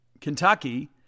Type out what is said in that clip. Kentucky